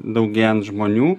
daugėjant žmonių